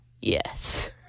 Yes